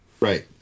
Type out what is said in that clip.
Right